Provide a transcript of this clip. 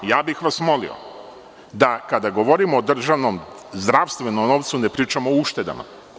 Ja bih vas molio da kada govorimo o državnom i zdravstvenom novcu ne pričamo o uštedama.